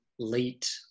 late